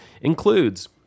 includes